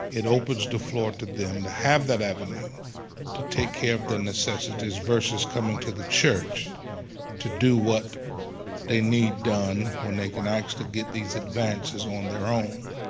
it opens the floor to them to have that avenue to take care of their necessities versus coming to the church to do what they need done, when they can actually get these advances on their own.